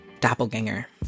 Doppelganger